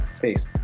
Peace